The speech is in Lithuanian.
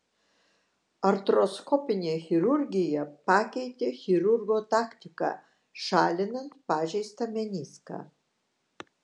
artroskopinė chirurgija pakeitė chirurgo taktiką šalinant pažeistą meniską